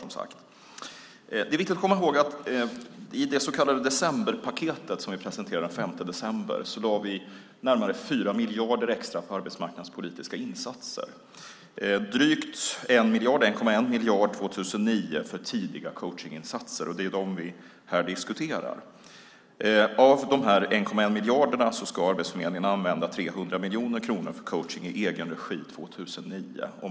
Det är viktigt att komma ihåg att i det så kallade decemberpaketet, som vi presenterade den 5 december, lade vi närmare 4 miljarder extra på arbetsmarknadspolitiska insatser. Drygt 1 miljard - 1,1 miljarder 2009 - lades på tidiga coachningsinsatser. Det är dem vi nu diskuterar. Av dessa 1,1 miljarder ska Arbetsförmedlingen använda 300 miljoner kronor för coachning i egen regi 2009.